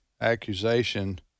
accusation